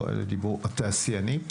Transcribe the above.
נציג התעשיינים?